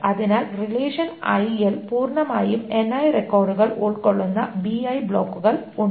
അതിനാൽ relation i ൽ പൂർണ്ണമായും ni റെക്കോർഡുകൾ ഉൾകൊള്ളുന്ന bi ബ്ലോക്കുകൾ ഉണ്ട്